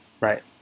Right